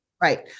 Right